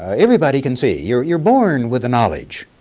everybody can see you're you're born with the knowledge.